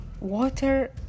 Water